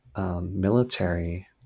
military